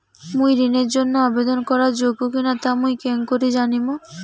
মুই ঋণের জন্য আবেদন করার যোগ্য কিনা তা মুই কেঙকরি জানিম?